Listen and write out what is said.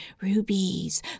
rubies